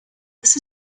this